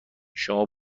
شما